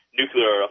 nuclear